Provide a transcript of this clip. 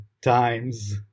times